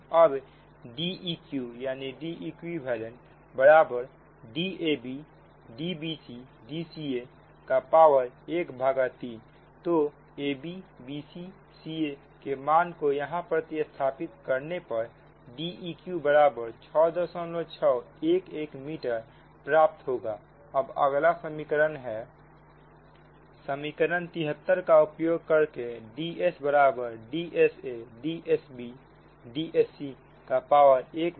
अब Deq बराबर DabDbcDca का पावर ⅓ तो ab bc ca के मान को यहां प्रतिस्थापित करने पर Deqबराबर 6611 मीटर प्राप्त होगा अब अगला समीकरण है समीकरण 73 का उपयोग करकेDs बराबर DsaDsbDscका पावर ⅓